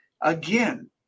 Again